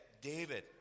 David